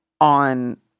on